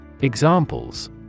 Examples